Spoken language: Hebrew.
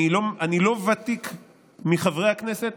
אני לא ותיק בין חברי הכנסת,